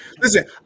Listen